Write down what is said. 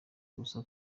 ubusa